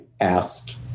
asked